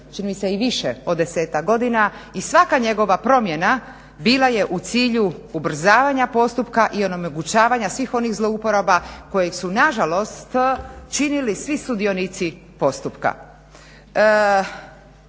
čini mi se i više od 10-ak godina i svaka njegova promjena bila je u cilju ubrzavanja postupka i onemogućavanja svih onih zlouporaba koje su nažalost činili svi sudionici postupka.